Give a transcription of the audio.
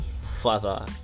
father